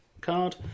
card